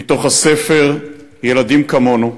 מהספר "ילדים כמונו",